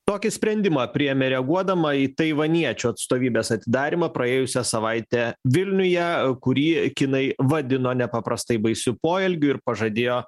tokį sprendimą priėmė reaguodama į taivaniečių atstovybės atidarymą praėjusią savaitę vilniuje kurį kinai vadino nepaprastai baisiu poelgiu ir pažadėjo